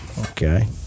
Okay